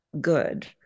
good